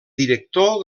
director